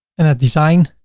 and at design,